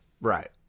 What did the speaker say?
Right